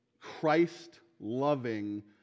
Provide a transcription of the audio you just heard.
Christ-loving